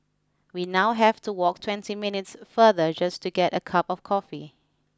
we now have to walk twenty minutes farther just to get a cup of coffee